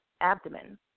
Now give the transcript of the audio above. abdomen